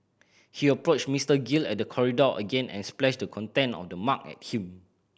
he approached Mister Gill at the corridor again and splashed the content of the mug at him